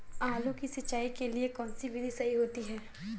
आलू की सिंचाई के लिए कौन सी विधि सही होती है?